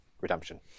redemption